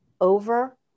over